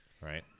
Right